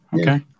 Okay